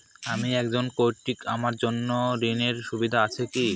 আমি একজন কট্টি আমার জন্য ঋণের সুবিধা আছে কি?